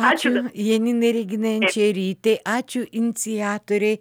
ačiū janinai reginai enčerytei ačiū iniciatorei